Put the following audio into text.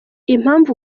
impamvu